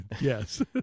Yes